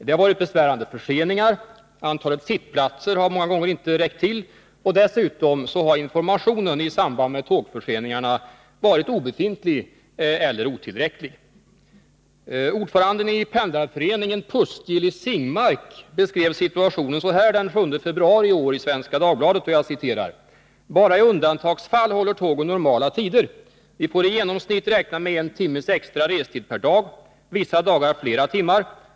Det har varit besvärande förseningar, antalet sittplatser har många gånger inte räckt till och dessutom har informationen i samband med tågförseningarna varit obefintlig eller otillräcklig. Ordföranden i Pendlarföreningen PUST, Gillis Zingmark, beskrev situationen så här i Svenska Dagbladet den 7 februari i år: Bara i undantagsfall håller tågen normala tider. Vi får i genomsnitt räkna med en timmes extra restid per dag. Vissa dagar flera timmar.